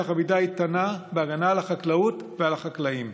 עמידה איתנה בהגנה על החקלאות ועל החקלאים.